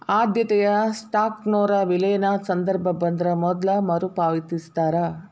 ಆದ್ಯತೆಯ ಸ್ಟಾಕ್ನೊರ ವಿಲೇನದ ಸಂದರ್ಭ ಬಂದ್ರ ಮೊದ್ಲ ಮರುಪಾವತಿಸ್ತಾರ